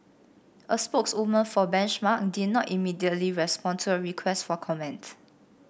a spokeswoman for Benchmark did not immediately respond to a request for comment